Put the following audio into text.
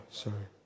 sorry